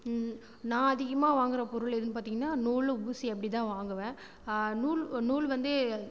நான் அதிகமா வாங்குகிற பொருள் எதுன்னு பார்த்திங்கன்னா நூல் ஊசி அப்படிதான் வாங்குவேன் நூல் நூல் வந்து